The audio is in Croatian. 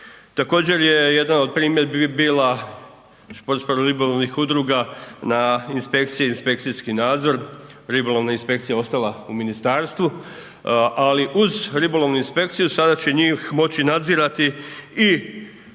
Također je jedan od primjedbi bila športsko ribolovnih udruga na inspekcije i inspekcijski nadzor. Ribolovna inspekcija je ostala u ministarstvu, ali uz ribolovnu inspekciju, sada će njih moći nadzirati i